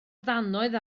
ddannoedd